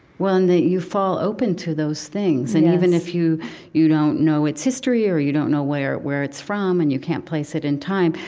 well, and that you fall open to those things yes and even if you you don't know its history, or you don't know where where it's from, and you can't place it in time,